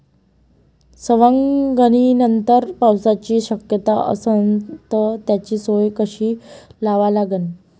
सवंगनीनंतर पावसाची शक्यता असन त त्याची सोय कशी लावा लागन?